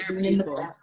people